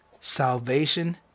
salvation